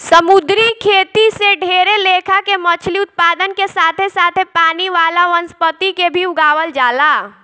समुंद्री खेती से ढेरे लेखा के मछली उत्पादन के साथे साथे पानी वाला वनस्पति के भी उगावल जाला